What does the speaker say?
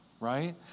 right